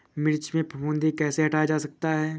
मिर्च में फफूंदी कैसे हटाया जा सकता है?